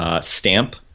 stamp